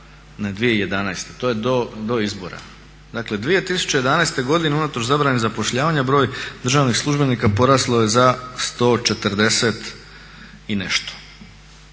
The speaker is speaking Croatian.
ne 2011.to je do izbora. Dakle, 2011.godine unatoč zabrani zapošljavanja broj državnih službenika poraslo je za 140 i nešto.